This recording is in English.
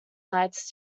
nights